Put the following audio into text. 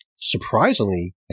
surprisingly